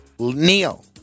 Neil